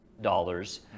dollars